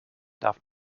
darf